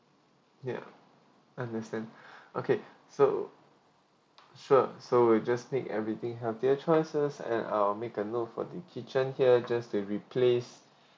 ya understand okay so sure so we'll just make everything healthier choices and I'll make a note for the kitchen here just to replace